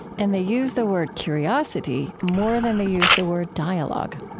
and they use the word curiosity more than they use the word dialogue.